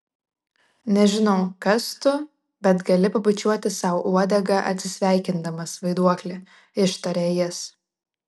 nežinau kas tu bet gali pabučiuoti sau uodegą atsisveikindamas vaiduokli ištarė jis